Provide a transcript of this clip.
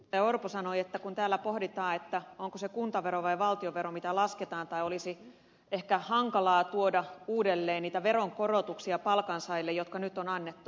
orpo sanoi että täällä pohditaan onko se kuntavero vai valtionvero mitä lasketaan tai olisi ehkä hankalaa tuoda uudelleen käsittelyyn niitä veronkorotuksia palkansaajille jotka nyt on annettu